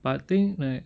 but I think like